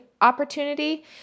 opportunity